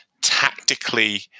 tactically